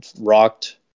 rocked